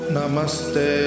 Namaste